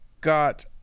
got